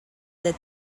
that